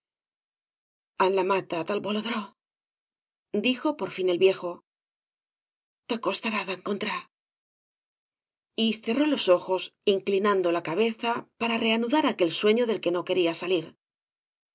en la mata del bolodró dijo por fin el vie jo te costará d encontrar y cerró los ojos inclinando la cabeza para reanudar aquel sueño del que no quería salir